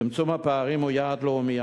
צמצום הפערים הוא יעד לאומי.